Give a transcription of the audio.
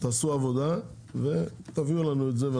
תעשו עבודה ותביאו לנו את זה.